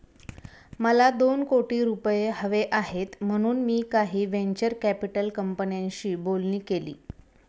मला दोन कोटी रुपये हवे आहेत म्हणून मी काही व्हेंचर कॅपिटल कंपन्यांशी बोलणी केली